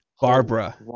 Barbara